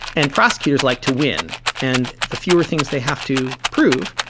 and prosecutors like to win. and the fewer things they have to prove,